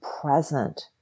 present